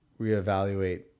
reevaluate